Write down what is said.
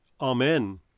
Amen